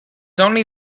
only